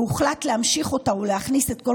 והוחלט להמשיך אותה ולהכניס את כל